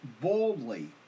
boldly